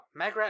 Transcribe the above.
Magrat